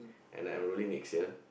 and I enrolling next year